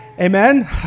Amen